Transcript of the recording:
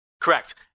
Correct